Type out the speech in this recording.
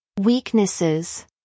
weaknesses